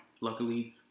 Luckily